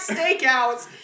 Steakouts